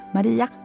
Maria